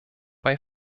bei